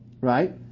right